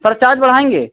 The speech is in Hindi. सर चार्ज बढ़ाएँगे